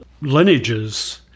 lineages